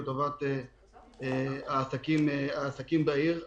לטובת העסקים בעיר.